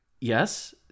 yes